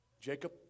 Jacob